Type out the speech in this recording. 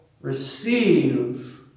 receive